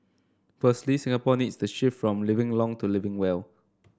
firstly Singapore needs the shift from living long to living well